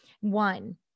one